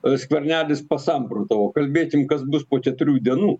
skvernelis pasamprotavo kalbėkim kas bus po keturių dienų